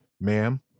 ma'am